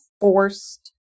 forced